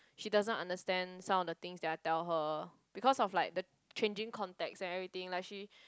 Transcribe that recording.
she doesn't understand some of the things that I tell her because of like the changing context and everything like she